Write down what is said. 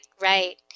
right